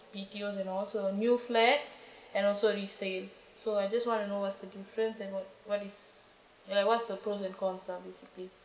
B_T_Os and all so new flat and also resale so I just want to know what's the difference and what is like what's the pros and cons lah basically